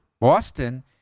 Boston